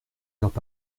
heures